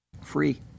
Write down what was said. free